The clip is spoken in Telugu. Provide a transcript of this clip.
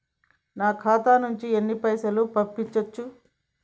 నా ఖాతా నుంచి ఎన్ని పైసలు పంపించచ్చు?